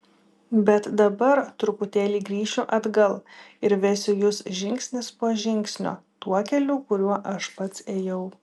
bet dabar truputėlį grįšiu atgal ir vesiu jus žingsnis po žingsnio tuo keliu kuriuo aš pats ėjau